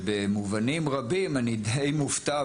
במובנים רבים אני די מופתע,